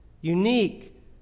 Unique